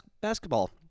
Basketball